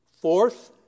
Fourth